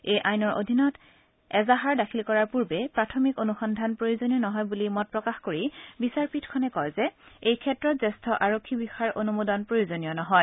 এই আইনৰ অধীনত এজাহাৰ দাখিল কৰাৰ পূৰ্বে প্ৰাথমিক অনুসন্ধান প্ৰয়োজনীয় নহয় বুলি মত প্ৰকাশ কৰি বিচাৰপীঠখনে কয় যে এই ক্ষেত্ৰত জ্যেষ্ঠ আৰক্ষী বিষয়াৰ অনুমোদন প্ৰয়োজনীয় নহয়